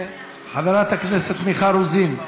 חברת הכנסת מיכל רוזין,